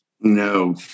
No